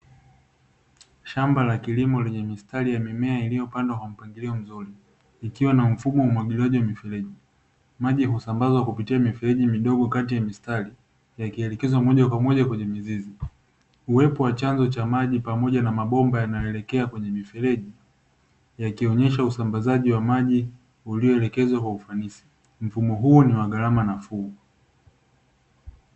Shamba la kilimo lenye mistari ya mimea iliyopandwa kwa mpangilio mzuri, ikiwa na mfumo wa umwagiliaji wa mifereji. Maji husambazwa kwa kupitia mifereji midogo kati ya mistari yakielekezwa moja kwa moja kwenye mizizi. Uwepo wa chanzo cha maji pamoja na mabomba yanayoelekea kwenye mifereji, yakionyesha usambazaji wa maji ulioelekezwa kwa ufanisi. Mfumo huu wa gharama nafuu.